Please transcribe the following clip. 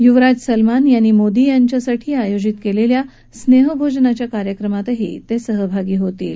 युवराज Salman यांनी मोदी यांच्यासाठी आयोजित केलेल्या स्नेह भोजनाच्या कार्यक्रमातही ते सहभागी होतील